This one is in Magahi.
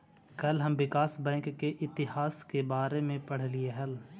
कल हम विकास बैंक के इतिहास के बारे में पढ़लियई हल